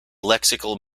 lexical